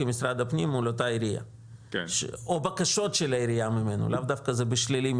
משרד הפנים מול אותה עירייה או בקשות של העירייה ממנוף לאו דווקא בשלילי,